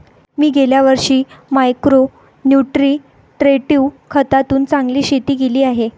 मी गेल्या वर्षी micro nutritive खतातून चांगले शेती केली आहे